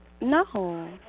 No